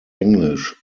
englisch